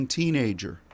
teenager